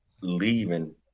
leaving